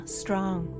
strong